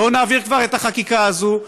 בואו נעביר כבר את החקיקה הזאת,